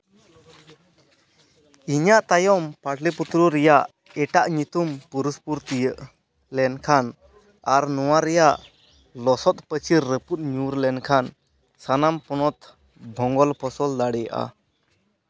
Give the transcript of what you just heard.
ᱤᱱᱟᱹ ᱛᱟᱭᱚᱢ ᱯᱟᱴᱞᱤᱯᱩᱛᱨᱚ ᱨᱮᱭᱟᱜ ᱮᱴᱟᱜ ᱧᱩᱛᱩᱢ ᱯᱩᱨᱩᱥᱯᱩᱨ ᱛᱤᱭᱟᱜ ᱞᱮᱠᱷᱟᱱ ᱟᱨ ᱱᱚᱣᱟ ᱨᱮᱭᱟᱜ ᱞᱚᱥᱚᱫ ᱯᱟᱹᱪᱤᱨ ᱨᱟᱹᱯᱩᱫ ᱧᱩᱨ ᱞᱮᱱᱠᱷᱟᱱ ᱥᱟᱱᱟᱢ ᱯᱚᱱᱚᱛ ᱫᱷᱚᱸᱜᱚᱞ ᱯᱷᱚᱥᱚᱞ ᱫᱟᱲᱮᱭᱟᱜᱼᱟ